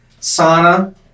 sauna